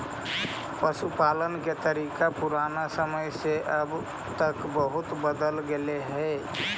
पशुपालन के तरीका पुराना समय से अब तक बहुत बदल गेले हइ